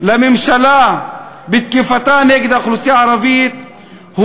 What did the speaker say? לממשלה בתקיפתה נגד האוכלוסייה הערבית,